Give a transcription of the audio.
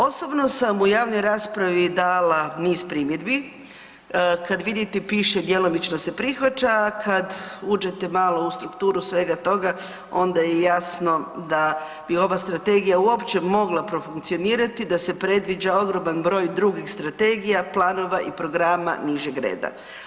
Osobno sam u javnoj raspravi dala niz primjedbi kad vidite gdje piše „djelomično se prihvaća“, a kad uđete malo u strukturu svega toga onda je jasno da bi ova strategija uopće mogla profunkcionirati da se predviđa ogroman broj drugih strategija, planova i programa nižeg reda.